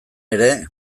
ere